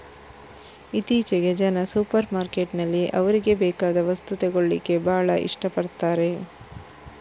ಇತ್ತೀಚೆಗೆ ಜನ ಸೂಪರ್ ಮಾರ್ಕೆಟಿನಲ್ಲಿ ಅವ್ರಿಗೆ ಬೇಕಾದ ವಸ್ತು ತಗೊಳ್ಳಿಕ್ಕೆ ಭಾಳ ಇಷ್ಟ ಪಡ್ತಾರೆ